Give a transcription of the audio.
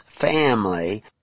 family